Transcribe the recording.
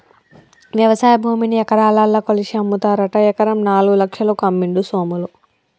వ్యవసాయ భూమిని ఎకరాలల్ల కొలిషి అమ్ముతారట ఎకరం నాలుగు లక్షలకు అమ్మిండు సోములు